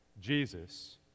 Jesus